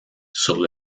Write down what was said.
sur